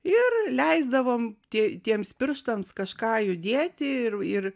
ir leisdavom tie tiems pirštams kažką judėti ir ir